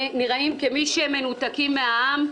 נראים כמי שמנותקים מהעם.